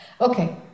Okay